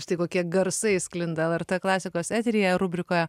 štai kokie garsai sklinda lrt klasikos eteryje rubrikoje